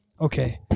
Okay